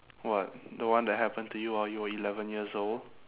what the one that happened to you while you were eleven years old